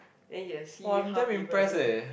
then you will see how people do